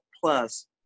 plus